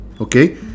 Okay